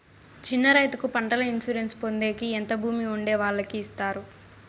చిన్న రైతుకు పంటల ఇన్సూరెన్సు పొందేకి ఎంత భూమి ఉండే వాళ్ళకి ఇస్తారు?